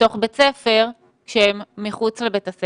לפי איזה שהוא ניהול, עם כללים מאוד מחמירים.